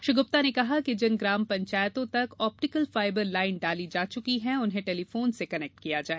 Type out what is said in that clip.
श्री गुप्ता ने कहा जिन ग्राम पंचायतों तक आप्टिकल फायबर लाइन डाली जा चुकी है उन्हें टेलीफोन से कर्नेक्ट करें